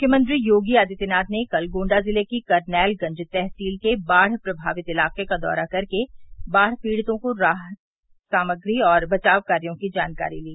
मुख्यमंत्री योगी आदित्यनाथ ने कल गोण्डा ज़िले के करनैलगंज तहसील के बाढ़ प्रभावित इलाक़े का दौरा कर बाढ़ पीड़ितों से राहत और बचाव कायों की जानकारी ली